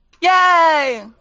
Yay